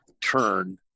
turn